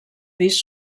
pis